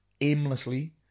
aimlessly